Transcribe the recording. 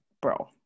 bro